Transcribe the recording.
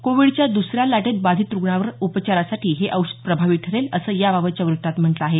कोविडच्या दसऱ्या लाटेत बाधित रुग्णांवर उपचारासाठी हे औषध प्रभावी ठरेल असं याबाबतच्या वृत्तात म्हटलं आहे